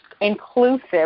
inclusive